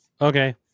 Okay